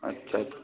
अच्छा